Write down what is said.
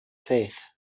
faith